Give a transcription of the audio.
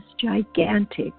gigantic